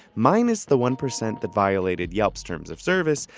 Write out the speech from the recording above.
minus the one percent that violated yelp's terms of service,